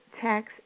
tax